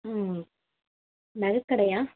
ம் நகை கடையா